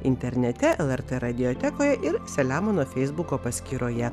internete lrt radiotekoje ir selemono feisbuko paskyroje